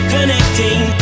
Connecting